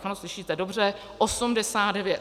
Ano, slyšíte dobře, 89.